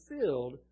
filled